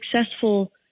successful